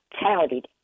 touted